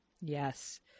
Yes